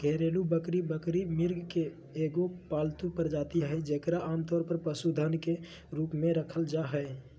घरेलू बकरी बकरी, मृग के एगो पालतू प्रजाति हइ जेकरा आमतौर पर पशुधन के रूप में रखल जा हइ